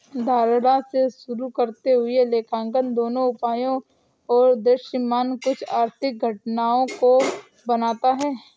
धारणा से शुरू करते हुए लेखांकन दोनों उपायों और दृश्यमान कुछ आर्थिक घटनाओं को बनाता है